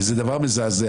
וזה דבר מזעזע.